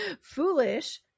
foolish